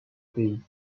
pays